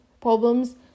problems